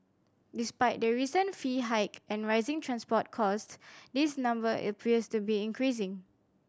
despite the recent fee hike and rising transport cost this number appears to be increasing